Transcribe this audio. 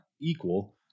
equal